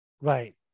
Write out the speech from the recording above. Right